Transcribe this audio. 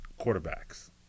quarterbacks